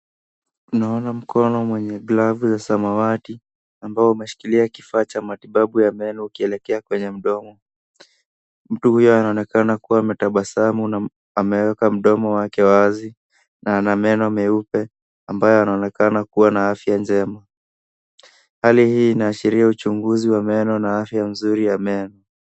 Tunaona mkono wenye glavu ya samawati amabo umeshikilia kifaa cha matibabu ya meno ukielekea kwenye mdomo. Mtu huyo anaonekana akiwa ametabasamu na ameweka mdomo wake wazi na ana meno meupe ambayo yanaonekana kuwa na afya njema. Hali hii inaashiria uchunguzi wa meno na afya nzuri ya meno.